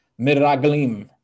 Miraglim